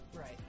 Right